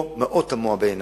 פה, מאוד תמוה בעיני.